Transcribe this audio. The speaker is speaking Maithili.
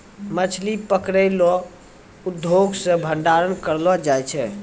मछली पकड़ै रो उद्योग से भंडारण करलो जाय छै